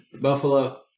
buffalo